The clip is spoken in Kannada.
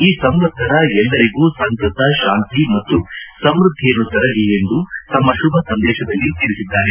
ಈ ಸಂವತ್ತರ ಎಲ್ಲರಿಗೂ ಸಂತಸ ಶಾಂತಿ ಮತ್ತು ಸಮ್ಯದ್ದಿಯನ್ನು ತರಲಿ ಎಂದು ತಮ್ನ ಶುಭ ಸಂದೇಶದಲ್ಲಿ ತಿಳಿಸಿದ್ದಾರೆ